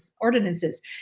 ordinances